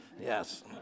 Yes